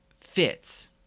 fits